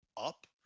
up